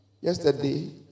yesterday